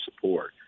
support